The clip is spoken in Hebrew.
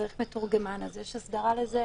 כשצריך מתורגמן, יש הסדרה לזה,